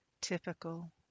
typical